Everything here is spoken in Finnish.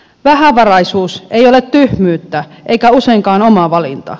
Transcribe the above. vähävaraisuus ei ole tyhmyyttä eikä useinkaan oma valinta